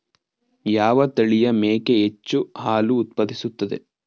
ಯಾವ ತಳಿಯ ಮೇಕೆ ಹೆಚ್ಚು ಹಾಲು ಉತ್ಪಾದಿಸುತ್ತದೆ?